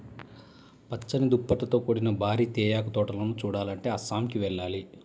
పచ్చని దుప్పట్లతో కూడిన భారీ తేయాకు తోటలను చూడాలంటే అస్సాంకి వెళ్ళాలి